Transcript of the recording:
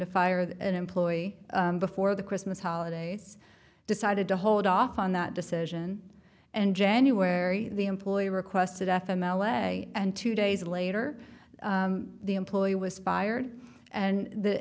to fire an employee before the christmas holidays decided to hold off on that decision and january the employee requested f m l a and two days later the employee was fired and the